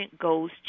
goes